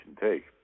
take